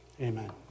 amen